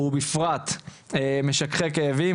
ובפרט משככי כאבים,